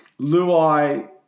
Luai